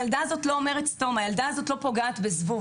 הילדה הזו באמת לא פוגעת בזבוב.